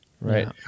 Right